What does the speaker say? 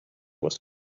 was